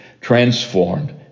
transformed